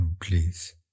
please